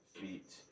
feet